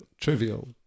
trivial